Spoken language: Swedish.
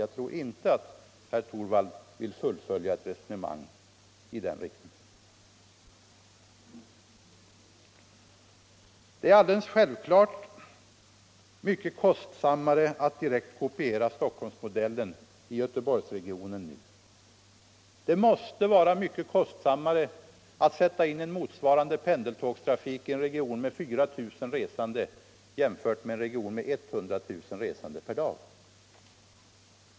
Jag tror inte att herr Torwald vill fullfölja ett resonemang i den riktningen. Det är alldeles självklart mycket kostsammare att direkt kopiera Stockholmsmodellen i Göteborgsregionen nu. Det måste vara mycket kost sammare att i en region med 4 000 resande sätta in en pendeltrafik motsvarande den som finns i en region med 100 000 resande per dag.